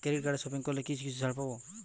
Credit কার্ডে shopping করলে কি কিছু ছাড় পাব?